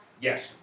Yes